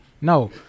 no